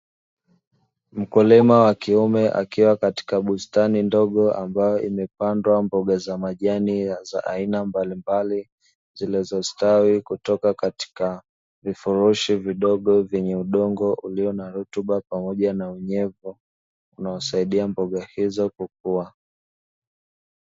Mkulima wa kiume akiwa katika bustani ndogo ambapo imepandwa mboga za majani aina mbalimbali, zilizostawi kutoka kwenye vifurushi vidogo vyenye udongo wenye rutuba pamoja na unyevu unaosaidia mboga hizo kukua.